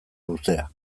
luzea